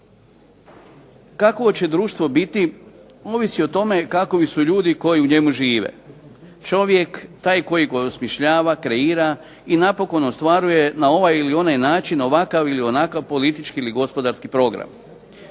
Kakvo će društvo biti ovisi o tome kakovi su ljudi koji u njemu žive. Čovjek, taj koji osmišljava, kreira i napokon ostvaruje na ovaj ili onaj način, ovakav ili onakav politički ili gospodarski program.